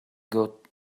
got